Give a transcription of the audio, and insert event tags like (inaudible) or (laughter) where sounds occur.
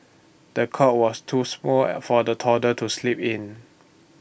the cot was too small (hesitation) for the toddler to sleep in